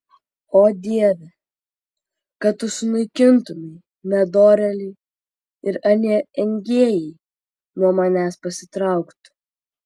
o dieve kad tu sunaikintumei nedorėlį ir anie engėjai nuo manęs pasitrauktų